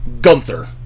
Gunther